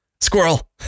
Squirrel